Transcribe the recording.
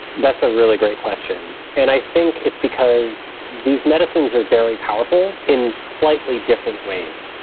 that's a really great question. and i think it's because these medicines are very powerful in slightly different ways.